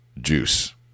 juice